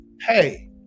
hey